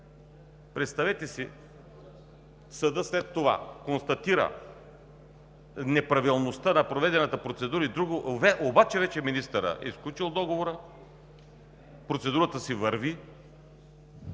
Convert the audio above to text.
Представете си: съдът след това констатира неправилността на проведената процедура и друго, обаче министърът вече е сключил договора, процедурата си върви.